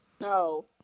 No